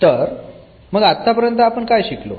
तर मग आत्तापर्यंत आपण काय शिकलो